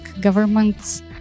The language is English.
governments